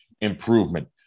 improvement